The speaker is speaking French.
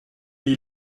mais